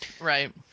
Right